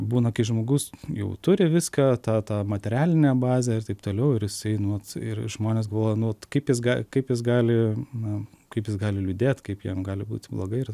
būna kai žmogus jau turi viską tą tą materialinę bazę ir taip toliau ir jisai nu vat ir žmonės buvo nu vat kaip jis gali kaip jis gali na kaip jis gali liūdėt kaip jam gali būti blogai ir